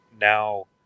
now